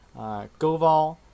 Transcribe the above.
Goval